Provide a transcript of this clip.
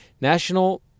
National